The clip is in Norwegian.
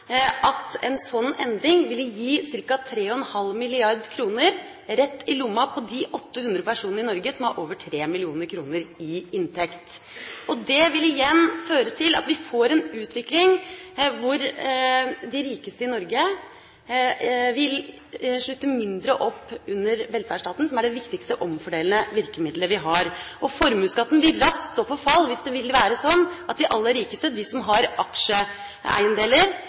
at en sånn endring ville gi ca. 3,5 mrd. kr rett i lomma på de 800 personene i Norge som har over 3 mill. kr i inntekt. Det vil igjen føre til at vi får en utvikling hvor de rikeste i Norge vil slutte mindre opp om velferdsstaten, som er det viktigste omfordelende virkemidlet vi har. Formuesskatten vil raskt stå for fall hvis det vil være sånn at de aller rikeste – de som har aksjeeiendeler